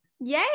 yay